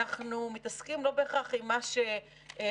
אנחנו מתעסקים לא בהכרח עם מה שחשוב,